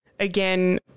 again